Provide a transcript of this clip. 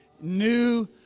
new